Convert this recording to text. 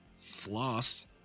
floss